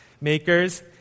makers